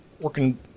working